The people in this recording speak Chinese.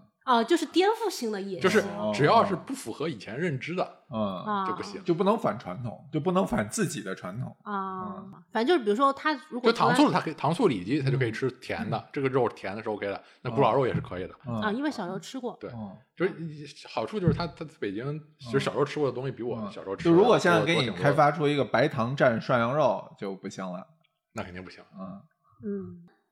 哦，就是颠覆性的饮食。就是只要是哦，哦。不符合以前认知的，嗯。就不行。啊。就不能反传统，就不能反自己的传统，啊，嗯。反正就是比如说他如果就糖醋，从来没-他可以- 糖醋里脊他就可以吃嗯。甜的，这个肉甜的是OK的，那嗯。古老肉也是可以的。嗯。啊，因为小时候吃过。对，嗯。就是好处就是他- 他北京其实小时候嗯。吃过的东西比我嗯。小时候吃就如果的多-现在给你多挺多的。开发出一个白糖蘸涮羊肉就不行了。那肯定不行。嗯。嗯。